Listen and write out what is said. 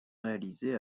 réalisé